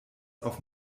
auf